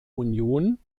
union